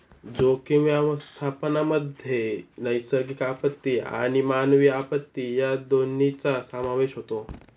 जोखीम व्यवस्थापनामध्ये नैसर्गिक आपत्ती आणि मानवी आपत्ती या दोन्हींचा समावेश होतो